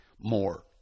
more